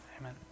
Amen